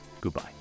goodbye